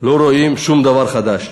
לא רואים שום דבר חדש,